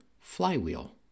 flywheel